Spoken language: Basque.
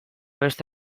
beste